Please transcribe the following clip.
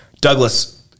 Douglas